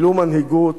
גילו מנהיגות,